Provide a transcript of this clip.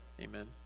Amen